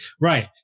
Right